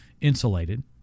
insulated